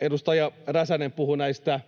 Edustaja Räsänen puhui näistä